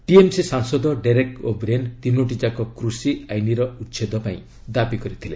TMC ସାଂସଦ Derek O'Brien ତିନୋଟିଯାକ କୃଷିଆଇନର ଉଚ୍ଛେଦ ପାଇଁ ଦାବି କରିଥିଲେ